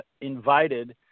invited